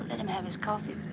and him have his coffee